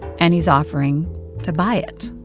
and he's offering to buy it.